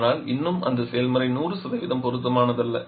ஆனால் இன்னும் அந்த செயல்முறை 100 பொருத்தமானதல்ல